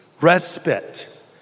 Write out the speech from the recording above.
respite